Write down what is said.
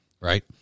right